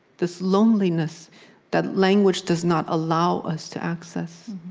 this loneliness that language does not allow us to access.